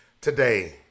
Today